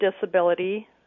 disability